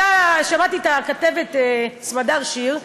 שמעתי את הכתבת סמדר שיר,